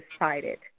decided